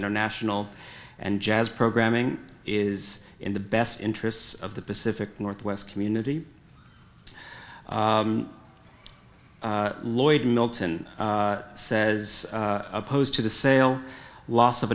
international and jazz programming is in the best interests of the pacific northwest community lloyd milton says opposed to the sale loss of